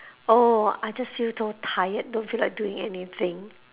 oh I just feel so tired don't feel like doing anything